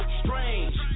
strange